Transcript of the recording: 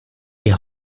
die